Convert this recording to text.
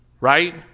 Right